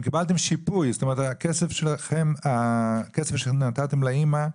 קיבלתם שיפוי, זאת אומרת הכסף שנתתם לאימא,